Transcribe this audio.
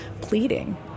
pleading